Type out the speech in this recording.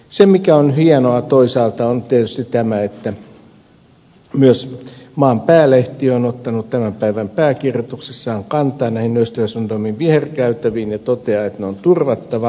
se mikä on hienoa toisaalta on tietysti tämä että myös maan päälehti on ottanut tämän päivän pääkirjoituksessaan kantaa näihin östersundomin viherkäytäviin ja toteaa että ne on turvattava